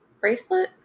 bracelet